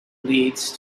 leads